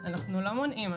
אנחנו לא מונעים.